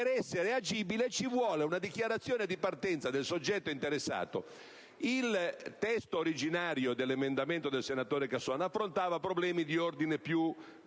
Perché sia agibile, ci vuole una dichiarazione di partenza del soggetto interessato. Il testo originario dell'emendamento del senatore Casson affrontava problemi di ordine più